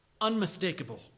unmistakable